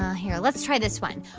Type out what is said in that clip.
here. let's try this one.